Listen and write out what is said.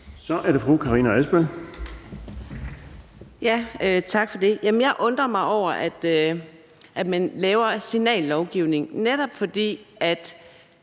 Kl. 09:51 Karina Adsbøl (DD): Tak for det. Jeg undrer mig over, at man laver signallovgivning, netop fordi